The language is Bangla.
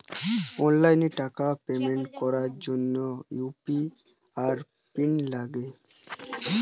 অনলাইন টাকার পেমেন্ট করার জিনে ইউ.পি.আই পিন লাগে